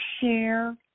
share